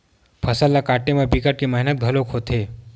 फसल ल काटे म बिकट के मेहनत घलोक होथे